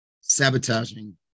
sabotaging